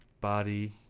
body